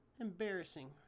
embarrassing